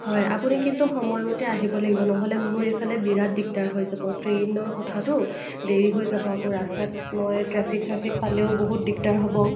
হয় আপুনি কিন্তু সময়মতে আহিব লাগিব নহ'লে মোৰ এইফালে বিৰাট দিগদাৰ হৈ যাব ট্ৰেইনৰ কথাটো দেৰি হৈ যাব আকৌ ৰাস্তাত মই ট্ৰেফিক চেফিক পালেও বহুত দিগদাৰ হ'ব